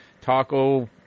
Taco